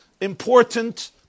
important